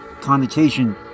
connotation